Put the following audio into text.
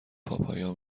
پاپایا